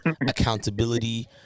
accountability